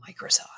Microsoft